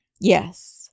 Yes